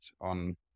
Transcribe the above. on